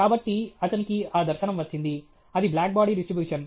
కాబట్టి అతనికి ఆ దర్శనం వచ్చింది అది బ్లాక్ బాడీ డిస్ట్రిబ్యూషన్